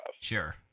Sure